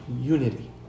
unity